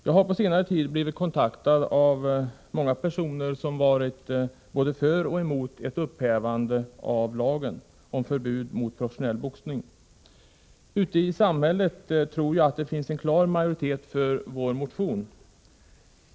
Jag har på senare tid blivit kontaktad av ett flertal personer som varit för resp. emot ett upphävande av lagen om förbud mot professionell boxning. Ute i samhället tror jag att det finns en klar majoritet för vår motion.